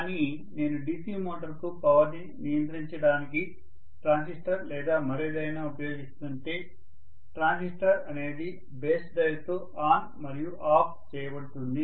కాని నేను DC మోటారుకు పవర్ ని నియంత్రించడానికి ట్రాన్సిస్టర్ లేదా మరేదైనా ఉపయోగిస్తుంటే ట్రాన్సిస్టర్ అనేది బేస్ డ్రైవ్తో ఆన్ మరియు ఆఫ్ చేయబడుతుంది